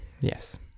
Yes